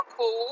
cool